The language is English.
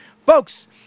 Folks